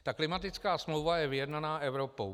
Ta klimatická smlouva je vyjednaná Evropou.